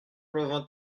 vingt